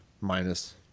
minus